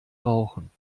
rauchen